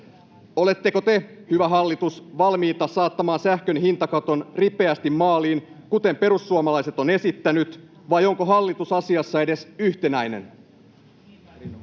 Oletteko te, hyvä hallitus, valmiita saattamaan sähkön hintakaton ripeästi maaliin, kuten perussuomalaiset ovat esittäneet, vai onko hallitus asiassa edes yhtenäinen?